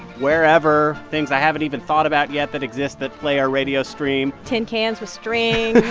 wherever things i haven't even thought about yet that exist that play our radio stream tin cans with string,